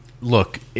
look